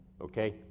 Okay